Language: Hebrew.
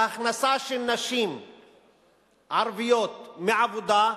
ההכנסה של נשים ערביות מעבודה,